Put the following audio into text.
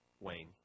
Wayne